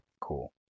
cool